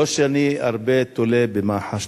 לא שאני תולה הרבה תקווה במח"ש.